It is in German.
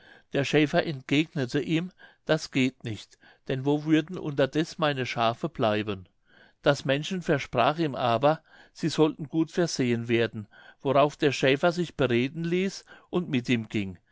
der schäfer entgegnete ihm das geht nicht denn wo würden unterdeß meine schafe bleiben das männchen versprach ihm aber sie sollten gut versehen werden worauf der schäfer sich bereden ließ und mit ihm ging